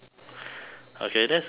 okay that's a good idea